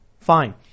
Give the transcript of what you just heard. Fine